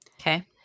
Okay